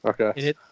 Okay